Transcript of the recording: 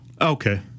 Okay